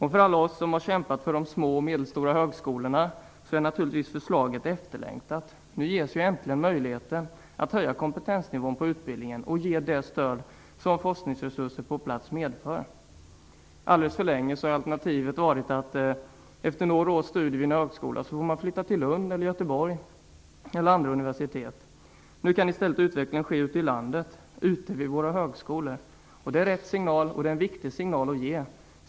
För alla oss som har kämpat för de små och medelstora högskolorna är naturligtvis förslaget efterlängtat. Nu ges äntligen möjligheten att höja kompetensnivån på utbildningen och ge det stöd som forskningsresurser på plats medför. Alldeles för länge har alternativet varit att efter några års studier vid en högskola flytta till Lund, Göteborg eller andra universitet. Nu kan i stället utvecklingen ske ute i landet vid våra högskolor. Det är rätt signal, och det är en viktig signal att ge.